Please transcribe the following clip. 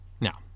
Now